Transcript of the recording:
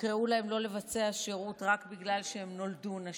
יקראו להן לא לבצע שירות רק בגלל שהן נולדו נשים?